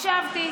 הקשבתי